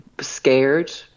scared